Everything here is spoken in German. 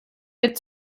wird